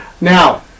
Now